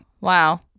wow